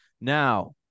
Now